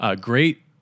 Great